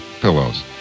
pillows